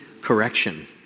correction